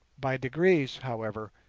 by degrees, however,